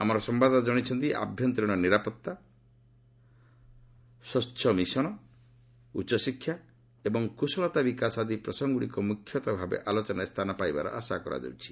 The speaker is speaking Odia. ଆମର ସମ୍ଭାଦଦାତା ଜଣାଇଛନ୍ତି ଆଭ୍ୟନ୍ତରୀଣ ନିରାପତ୍ତା ଭାରତ ସ୍ୱଚ୍ଚତା ମିଶନ୍ ଉଚ୍ଚଶିକ୍ଷା ଏବଂ କୁଶଳତା ବିକାଶ ଆଦି ପ୍ରସଙ୍ଗଗୁଡ଼ିକ ମୁଖ୍ୟତଃ ଭାବେ ଆଲୋଚନାରେ ସ୍ଥାନ ପାଇବାର ଆଶା କରାଯାଉଛି